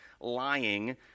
lying